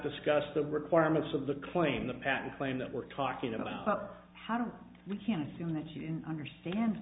discuss the requirements of the claim the patent claim that we're talking about how do we can assume that she didn't understand